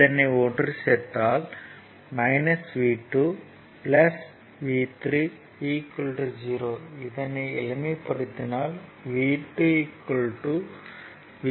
இதனை ஒன்று சேர்த்தால் V2 V3 0 இதனை எளிமைப்படுத்தினால் V2 V3 ஆகும்